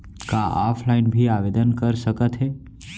का ऑफलाइन भी आवदेन कर सकत हे?